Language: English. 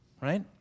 right